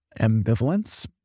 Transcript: ambivalence